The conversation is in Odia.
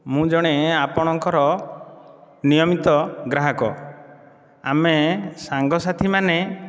ମୁଁ ଜଣେ ଆପଣଙ୍କର ନିୟମିତ ଗ୍ରାହକ ଆମେ ସାଙ୍ଗ ସାଥିମାନେ